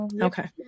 Okay